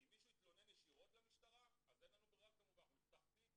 אם מישהו יתלונן ישירות למשטרה אז אין לנו ברירה אנחנו נפתח תיק